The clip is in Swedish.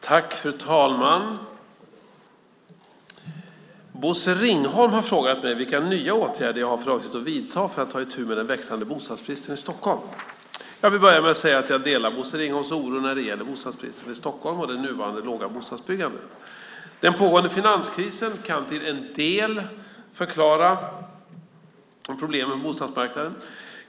Fru talman! Bosse Ringholm har frågat mig vilka nya åtgärder jag har för avsikt att vidta för att ta itu med den växande bostadsbristen i Stockholm. Jag vill börja med att säga att jag delar Bosse Ringholms oro när det gäller bostadsbristen i Stockholm och det nuvarande låga bostadsbyggandet. Den pågående finanskrisen kan till en del förklara problemen på bostadsmarknaden.